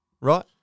Right